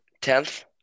tenth